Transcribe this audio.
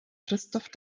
christoph